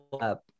up